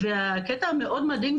הקטע המאוד מדאיג,